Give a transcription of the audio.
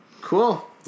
Cool